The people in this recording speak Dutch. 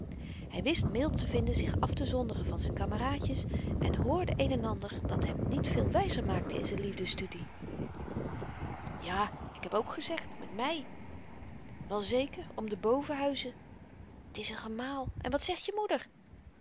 hy wist middel te vinden zich aftezonderen van z'n kameraadjes en hoorde een en ander dat hem niet veel wyzer maakte in z'n liefdestudie ja ik heb ook gezegd met mei wel zeker om de bovenhuizen t is n gemaal en wat zegt je moeder